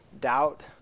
doubt